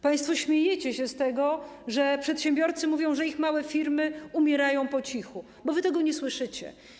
Państwo śmiejecie się z tego, że przedsiębiorcy mówią, że ich małe firmy umierają po cichu, bo wy tego nie słyszycie.